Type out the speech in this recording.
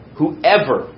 whoever